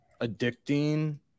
addicting